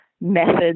methods